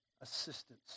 assistance